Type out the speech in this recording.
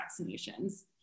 vaccinations